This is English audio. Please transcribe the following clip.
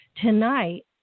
tonight